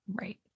Right